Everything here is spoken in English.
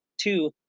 two